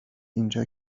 اینجا